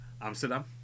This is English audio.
Amsterdam